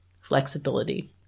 flexibility